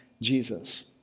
Jesus